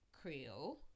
Creole